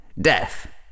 death